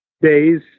days